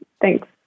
Thanks